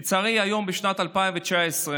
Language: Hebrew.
לצערי, היום, בשנת 2019,